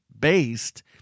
based